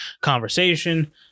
conversation